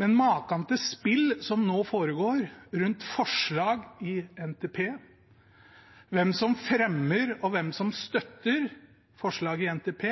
Men maken til spill som nå foregår rundt forslag i NTP, hvem som fremmer, og hvem som støtter forslagene i NTP,